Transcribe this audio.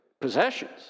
Possessions